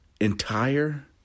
entire